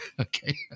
okay